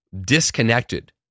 disconnected